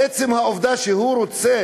עצם העובדה שהוא רוצה